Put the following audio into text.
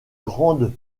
grandes